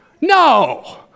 No